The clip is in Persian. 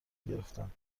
گرفتم